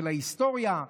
של ההיסטוריה,